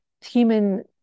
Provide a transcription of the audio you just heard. human